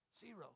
Zero